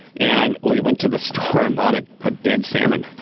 and we went to the store and bought a a dead salmon.